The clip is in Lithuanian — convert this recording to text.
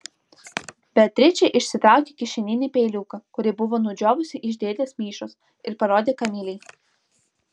beatričė išsitraukė kišeninį peiliuką kurį buvo nudžiovusi iš dėdės mišos ir parodė kamilei